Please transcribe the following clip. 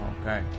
Okay